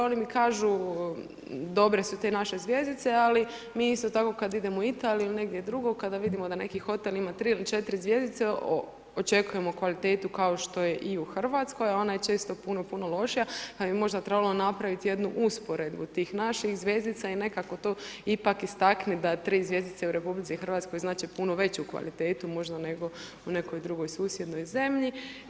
Oni mi kažu dobre su te naše zvjezdice, ali mi isto tako kada idemo u Italiju ili negdje drugo kada vidimo da neki hotel ima 3 ili 4 zvjezdice očekujemo kvalitetu kao što je i u Hrvatskoj, a ona je često puno puno lošija, pa možda bi trebalo napraviti usporedbu tih naših zvjezdica i nekako to ipak istaknuti da 3 zvjezdice u RH znače puno veću kvalitetu, nego u nekoj drugoj susjednoj zemlji.